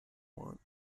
want